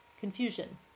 Confusion